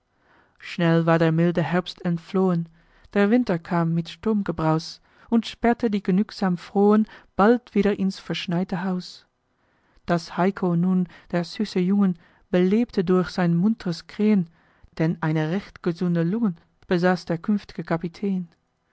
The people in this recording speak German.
schnell war der milde herbst entflohen der winter kam mit sturmgebraus und sperrte die genügsam frohen bald wieder ins verschneite haus das heiko nun der süße junge belebte durch sein muntres kräh'n denn eine recht gesunde lunge besaß der künft'ge kapitän